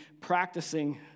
practicing